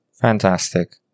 Fantastic